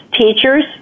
teachers